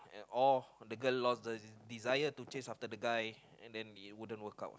uh and or the girl lost the desire to chase after the guy and then I wouldn't work out uh